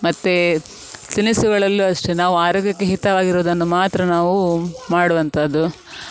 ಮತ್ತು ತಿನಿಸುಗಳಲ್ಲು ಅಷ್ಟೇ ನಾವು ಆರೋಗ್ಯಕ್ಕೆ ಹಿತವಾಗಿರುವುದನ್ನು ಮಾತ್ರ ನಾವು ಮಾಡುವಂಥದ್ದು